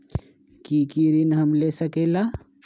की की ऋण हम ले सकेला?